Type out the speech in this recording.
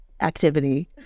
activity